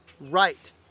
right